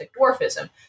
dwarfism